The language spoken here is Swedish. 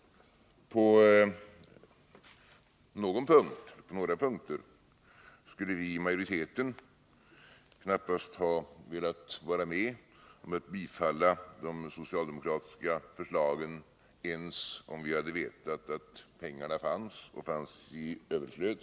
På några punkter skulle vi som tillhör majoriteten knappast ha velat vara med om att bifalla de socialdemokratiska förslagen ens om vi hade vetat att pengarna fanns i överflöd.